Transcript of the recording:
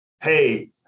hey